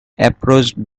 approached